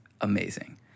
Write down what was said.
amazing